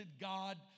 God